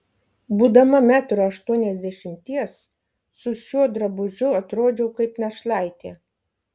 būdama metro aštuoniasdešimties su šiuo drabužiu atrodžiau kaip našlaitė